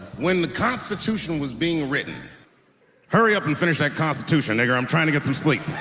when the constitution was being written hurry up and finish that constitution nigger, i'm trying to get some sleep